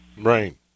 Right